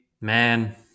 man